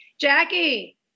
Jackie